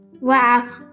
Wow